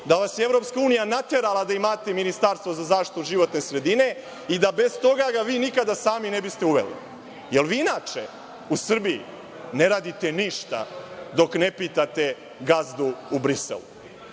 da vas je Evropska unija naterala da imate ministarstvo za zaštitu životne sredine, jer bez toga vi ga nikada sami ne biste uveli. Vi inače u Srbiji ne radite ništa dok ne pitate gazdu u Briselu.